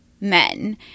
men